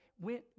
went